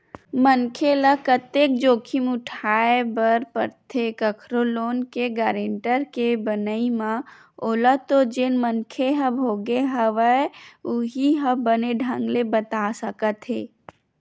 मनखे ल कतेक जोखिम उठाय बर परथे कखरो लोन के गारेंटर के बनई म ओला तो जेन मनखे ह भोगे हवय उहीं ह बने ढंग ले बता सकत हे